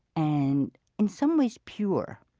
and in some ways pure.